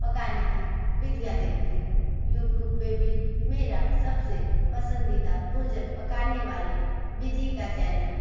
पकाने की विधियाँ देखती हूँ यूट्यूब पे भी मेरा सबसे पसंदीदा भोजन पकाने वाले विधि का चैनल